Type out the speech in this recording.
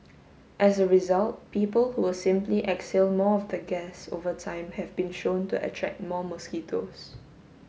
as a result people who simply exhale more of the gas over time have been shown to attract more mosquitoes